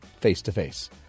face-to-face